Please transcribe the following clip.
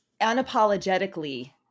unapologetically